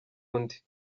undi